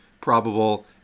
probable